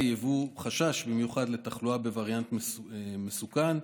ובמיוחד לתחלואה בווריאנט מסוכן,